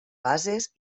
bases